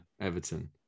Everton